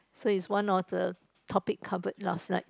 so is one of the topic covered last night